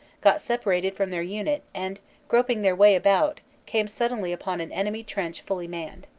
got separated from their unit and groping their way about came suddenly upon an enemy trench fully manned.